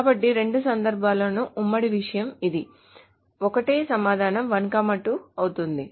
కాబట్టి రెండు సందర్భాల్లోనూ ఉమ్మడి విషయం ఇది ఒకటే సమాధానం 1 2 అవుతుంది